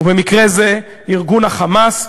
ובמקרה זה ארגון ה"חמאס",